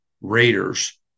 Raiders